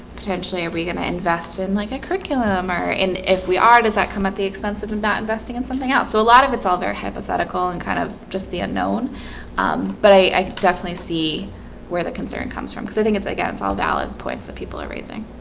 potentially, are we gonna invest in like a curriculum or in if we are does that come at the expense of not investing in something else? so a lot of it's all very hypothetical and kind of just the unknown but i definitely see where the concern comes from because i think it's again. it's all valid points that people are raising